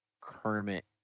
kermit